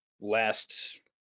last